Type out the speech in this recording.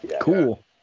cool